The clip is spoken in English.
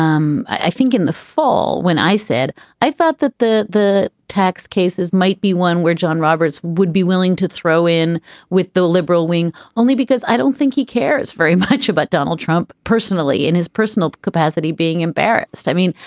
um i think in the fall when i said i thought that the the tax cases might be one where john roberts would be willing to throw in with the liberal wing only because i don't think he cares very much about donald trump personally in his personal capacity being embarrassed. i mean,